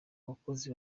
abakozi